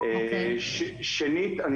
שנית,